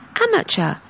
amateur